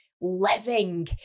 living